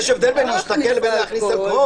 יש הבדל בין להשתכר לבין להכניס אלכוהול.